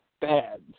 bad